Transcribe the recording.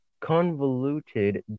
convoluted